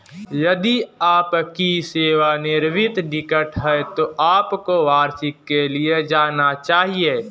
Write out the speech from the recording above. यदि आपकी सेवानिवृत्ति निकट है तो आपको वार्षिकी के लिए जाना चाहिए